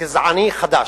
גזעני חדש.